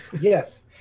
Yes